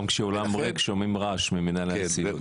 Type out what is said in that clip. גם כשהאולם ריק שומעים רעש ממנהלי הסיעות.